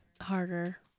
harder